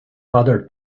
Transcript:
other